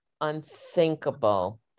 Unthinkable